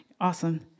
Awesome